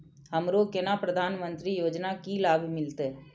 हमरो केना प्रधानमंत्री योजना की लाभ मिलते?